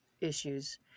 issues